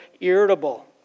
irritable